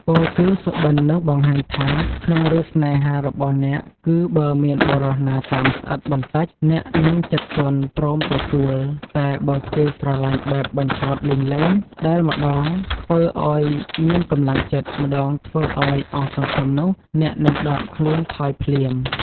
ពោលគឺ សុបិន្តនោះបង្ហាញថា ក្នុងរឿងស្នេហារបស់អ្នកគឺ បើមានបុរសណាតាមស្អិតបន្តិចអ្នកនឹងចិត្តទន់ព្រមទទួលតែបើគេ ស្រឡាញ់បែបបញ្ឆោតលេងៗ ដែលម្តងធ្វើឲ្យមានកម្លាំងចិត្ត ម្តងធ្វើឲ្យអស់សង្ឃឹមនោះ អ្នកនឹងដកខ្លួនថយភ្លាម។